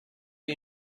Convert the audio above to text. you